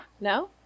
no